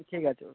ঠিক আছে